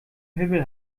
himmel